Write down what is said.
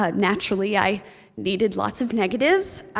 ah naturally, i needed lots of negatives.